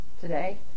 today